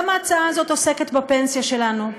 גם ההצעה הזאת עוסקת בפנסיה שלנו,